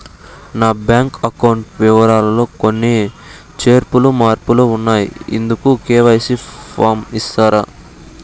నా bank account వివరాలు లో కొన్ని చేర్పులు మార్పులు ఉన్నాయి, ఇందుకు కె.వై.సి ఫారం ఇస్తారా?